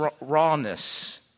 rawness